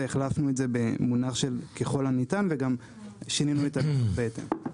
החלפנו את זה במונח של 'ככל הניתן' וגם שינינו בהתאם.